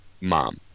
mom